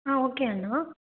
ஆ okay அண்ணா